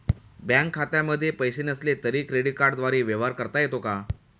Bank खात्यामध्ये पैसे नसले तरी क्रेडिट कार्डद्वारे व्यवहार करता येतो का?